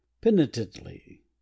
penitently